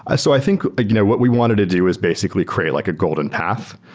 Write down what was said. i so i think you know what we wanted to do was basically create like a golden path.